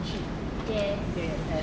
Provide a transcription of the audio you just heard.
yes